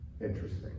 interesting